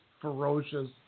ferocious